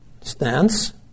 stance